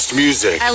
music